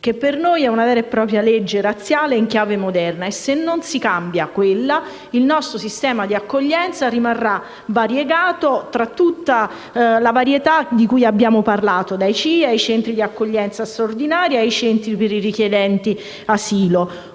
che per noi è una vera e propria legge razziale in chiave moderna. Se non si cambia quella, il nostro sistema di accoglienza rimarrà variegato tra tutta la varietà di cui abbiamo parlato, dai CIE, ai centri di accoglienza straordinaria, ai centri per i richiedenti asilo.